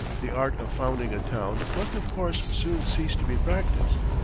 the art of founding a town must of course soon cease to be practiced.